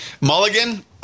Mulligan